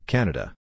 Canada